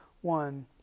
one